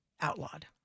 outlawed